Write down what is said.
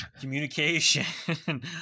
communication